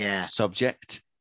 subject